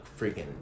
freaking